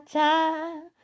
time